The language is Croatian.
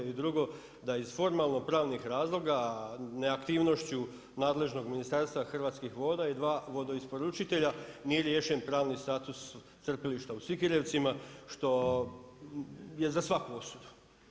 I drugo da iz formalno pravnih razloga neaktivnošću nadležnog Ministarstva Hrvatskih voda i dva vodoisporučitelja nije riješen pravni status crpilišta u Sikirevcima što je za svaku osudu.